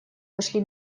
вышли